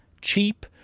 cheap